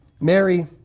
Mary